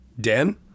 Dan